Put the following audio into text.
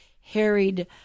harried